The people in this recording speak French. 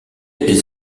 des